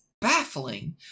baffling